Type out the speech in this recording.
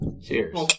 Cheers